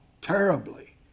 terribly